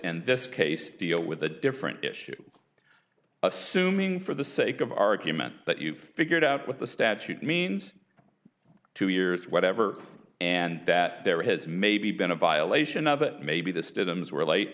and this case deal with a different issue assuming for the sake of argument that you figured out what the statute means two years whatever and that there has maybe been a violation of it maybe th